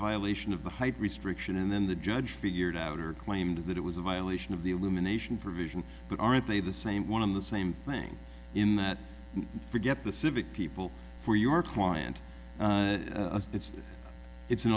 violation of the height restriction and then the judge figured out or claimed that it was a violation of the illumination provision but aren't they the same one of the same thing in that for get the civic people for your client it's it's an